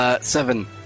Seven